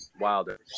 Wilder